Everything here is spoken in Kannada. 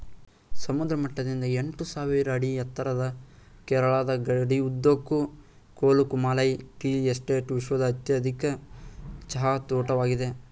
ಸಮುದ್ರ ಮಟ್ಟದಿಂದ ಎಂಟುಸಾವಿರ ಅಡಿ ಎತ್ತರದ ಕೇರಳದ ಗಡಿಯುದ್ದಕ್ಕೂ ಕೊಲುಕುಮಾಲೈ ಟೀ ಎಸ್ಟೇಟ್ ವಿಶ್ವದ ಅತ್ಯಧಿಕ ಚಹಾ ತೋಟವಾಗಿದೆ